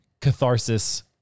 catharsis